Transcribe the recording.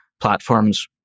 platforms